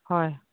হয়